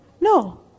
No